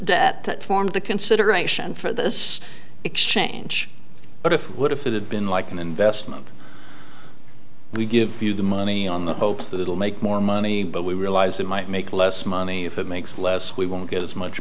debt that formed the consideration for this exchange but it would if it had been like an investment we give you the money on the hope that it'll make more money but we realise it might make less money if it makes less we won't get as much